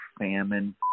famine